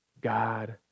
God